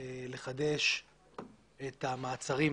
לחדש את המעצרים